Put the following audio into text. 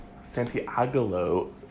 santiago